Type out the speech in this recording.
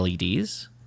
LEDs